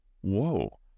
whoa